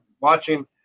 watching